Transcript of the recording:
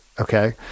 Okay